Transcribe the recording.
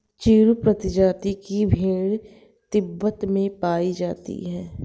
चिरु प्रजाति की भेड़ तिब्बत में पायी जाती है